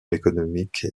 économique